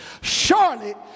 Charlotte